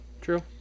True